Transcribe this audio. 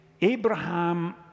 Abraham